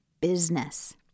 business